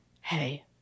hey